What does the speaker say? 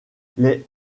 les